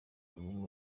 w’amaguru